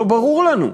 לא ברור לנו.